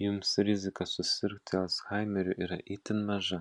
jums rizika susirgti alzhaimeriu yra itin maža